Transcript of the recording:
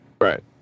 Right